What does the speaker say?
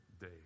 day